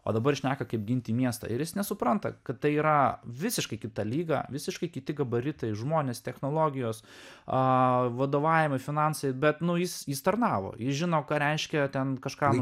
o dabar šneka kaip ginti miestą ir jis nesupranta kad tai yra visiškai kita lyga visiškai kiti gabaritai žmonės technologijos a vadovavimai finansai bet nu jis jis tarnavo jis žino ką reiškia ten kažkam